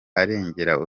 arengera